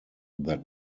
that